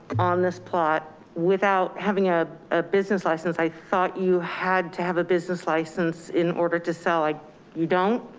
on this plot without having ah a business license. i thought you had to have a business license in order to sell like you don't?